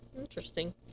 Interesting